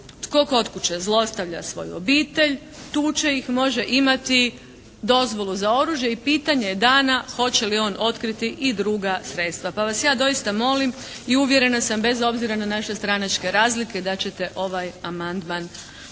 tko kod kuće zlostavlja svoju obitelj, tuče ih, može imati dozvolu za oružje i pitanje je dana hoće li on otkriti i druga sredstva. Pa vas ja doista molim i uvjerena sam bez obzira na naše stranačke razlike da ćete ovaj amandman podržati.